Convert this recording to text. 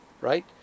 right